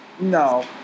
no